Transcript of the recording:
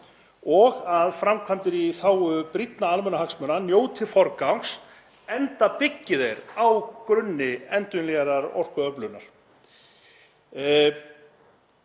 og að framkvæmdir í þágu brýnna almannahagsmuna njóti forgangs, enda byggi þeir á grunni endurnýjaðrar orkuöflunar.